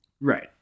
right